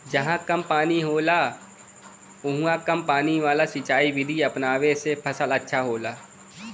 जहां कम पानी होला उहाँ कम पानी वाला सिंचाई विधि अपनावे से फसल अच्छा होला